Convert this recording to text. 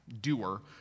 Doer